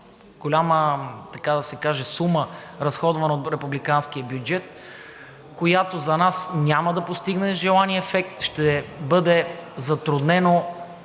голяма, така да се каже, сума, разходвана от републиканския бюджет, която няма да постигне желания ефект и ще бъде затруднено